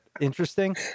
interesting